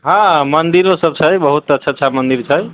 हँ मंदिरो सभ छै बहुत अच्छा अच्छा मंदिर छै